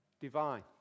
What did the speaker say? divine